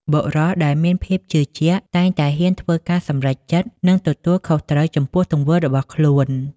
បុរសដែលមានភាពជឿជាក់តែងតែហ៊ានធ្វើការសម្រេចចិត្ត និងទទួលខុសត្រូវចំពោះទង្វើរបស់ខ្លួន។